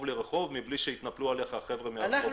לרחוב בלי שיתנפלו עליך החבר'ה מאותו רחוב.